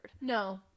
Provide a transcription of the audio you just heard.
no